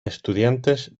estudiantes